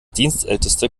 dienstälteste